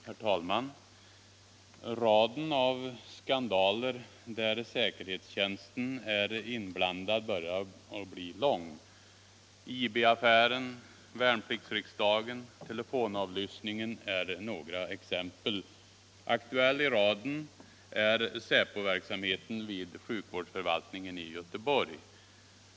Herr talman! Raden av skandaler där säkerhetstjänsten är inblandad börjar bli lång. IB-affären, värnpliktsriksdagen, telefonavlyssningen är några exempel. Aktuell i raden är säpoverksamheten vid sjukvårdsförvaltningen i Göteborg.